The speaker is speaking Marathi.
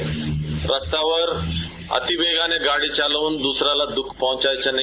नंबर एकः रस्त्यावर अतिवेगाने गाडी चालवून दुस याला दुःख पोहाचायचं नाही